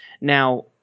Now